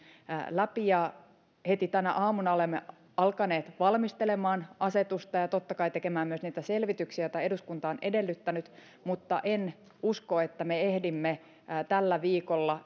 läpi heti tänä aamuna valmistelemaan asetusta ja totta kai tekemään myös niitä selvityksiä joita eduskunta on edellyttänyt mutta en usko että me ehdimme tällä viikolla